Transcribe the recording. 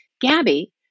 Gabby